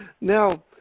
Now